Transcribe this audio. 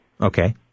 Okay